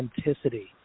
authenticity